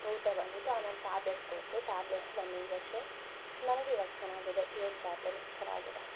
ಊತ ಬಂದಿತ್ತು ಆಮೇಲೆ ಟ್ಯಾಬ್ಲೆಟ್ಸ್ ಕೊಟ್ಟರು ಟ್ಯಾಬ್ಲೆಟ್ಸ್ ಒಂದು ಇಂಜೆಕ್ಷನ್ ನನಗಿವಾಗ್ ಚೆನ್ನಾಗಿದೆ ಏನು ಪ್ರಾಬ್ಲಮಿಲ್ಲ ಚೆನ್ನಾಗಿದೆ